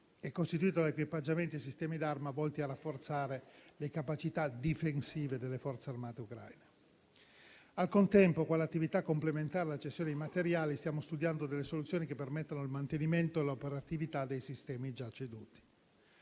è costituito da equipaggiamenti e sistemi d'arma volti a rafforzare le capacità difensive delle forze armate ucraine. Al contempo, quale attività complementare alle cessione di aiuti militari, stiamo studiando delle soluzioni che permettano il mantenimento e l'operatività dei sistemi già ceduti.